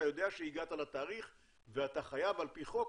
אתה יודע שהגעת לתאריך ואתה חייב על פי חוק